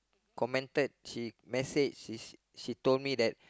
commented she message she told me that